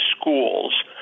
schools